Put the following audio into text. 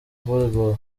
volleyball